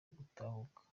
gutahuka